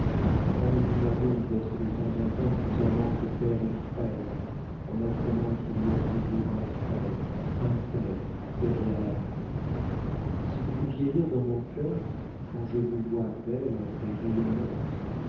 pardonnez-moi donc d'être de temps en temps plus amant que père et frère en apprenant qu'il y a toujours un frère un père derrière l'amant si vous pouviez lire dans mon cœur quand je vous vois belle et rayonnante